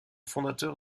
fondateur